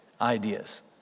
ideas